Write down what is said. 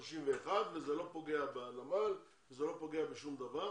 ב-31 וזה לא פוגע בנמל וזה לא פוגע בשום דבר,